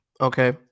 Okay